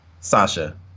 Sasha